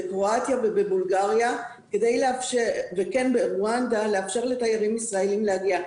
בקרואטיה ובבולגריה וברואנדה כדי לאפשר לתיירים ישראלים להגיע.